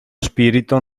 spirito